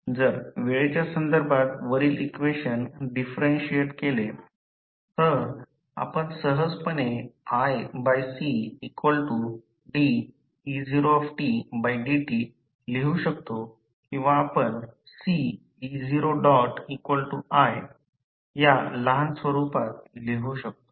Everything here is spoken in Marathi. जर वेळेच्या संदर्भात वरील इक्वेशन डिफरेन्शिअट केले तर आपण सहजपने iCde0dt लिहू शकतो किंवा आपण Ce0i या लहान स्वरूपात लिहू शकतो